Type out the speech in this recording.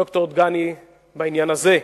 ד"ר דגני, בעניין הזה,